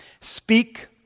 Speak